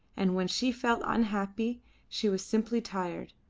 and when she felt unhappy she was simply tired,